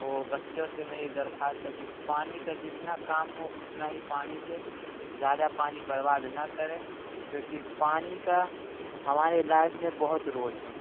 وہ بچوں سے میری درخواست ہے کہ پانی کا جتنا کام ہو اتنا ہی پانی لیں زیادہ پانی برباد نہ کریں کیونکہ پانی کا ہماری لائف میں بہت رول ہے